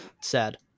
Sad